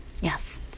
Yes